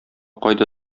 кайда